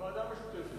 ועדה משותפת.